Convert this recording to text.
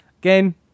Again